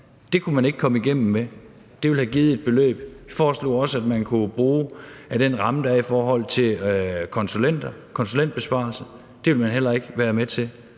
Det kunne man ikke komme igennem med. Vi foreslog også, at man kunne bruge af den ramme, der er i forhold til konsulenter: konsulentbesparelser. Det ville man ikke være med til.